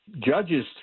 Judges